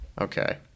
Okay